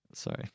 Sorry